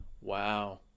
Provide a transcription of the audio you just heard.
wow